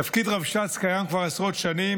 תפקיד רבש"ץ קיים כבר עשרות שנים,